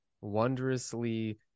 wondrously